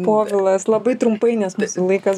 povilas labai trumpai nes mūsų laikas